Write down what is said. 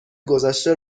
گذشته